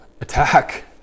attack